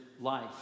life